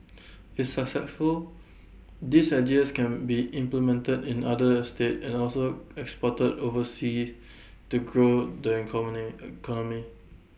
if successful these ideas can be implemented in other estate and also exported oversea to grow the economy economy